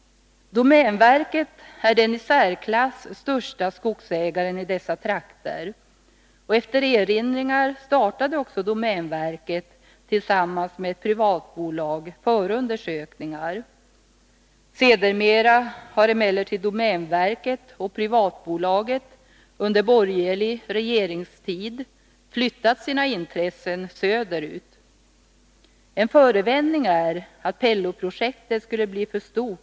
Domänverket är den i särklass största skogsägaren i dessa trakter. Efter erinringar startade också domänverket tillsammans med ett privatbolag förundersökningar. Sedermera, under borgerlig regeringstid, har emellertid domänverket och privatbolaget flyttat sina intressen söderut. En förevändning var att Pello-projektet skulle bli för stort.